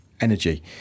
energy